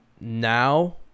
now